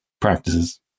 practices